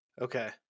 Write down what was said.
Okay